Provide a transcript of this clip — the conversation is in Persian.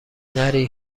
نری